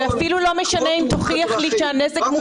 אפילו לא משנה אם תוכיח לי שהנזק מופחת.